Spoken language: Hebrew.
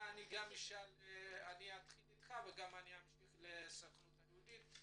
אני אתחיל איתך ואמשיך לסוכנות היהודית.